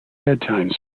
bedtime